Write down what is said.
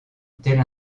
telle